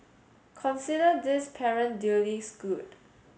consider this parent duly schooled